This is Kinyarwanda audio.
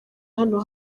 hano